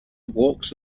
walks